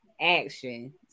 action